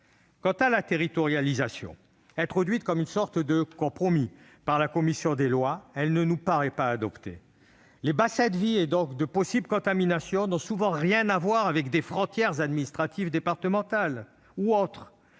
Quant à la territorialisation introduite comme une sorte de compromis par la commission des lois, elle ne nous paraît pas non plus adaptée. Les bassins de vie et, donc, les possibles contaminations n'ont souvent rien à voir avec les frontières administratives, qu'il s'agisse des